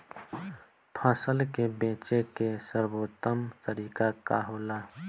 फसल के बेचे के सर्वोत्तम तरीका का होला?